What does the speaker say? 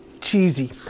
cheesy